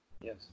Yes